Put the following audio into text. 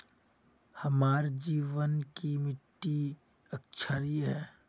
हमार जमीन की मिट्टी क्षारीय है?